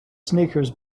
sneakers